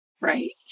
right